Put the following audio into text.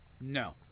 No